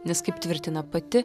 nes kaip tvirtina pati